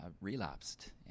relapsed